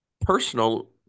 personal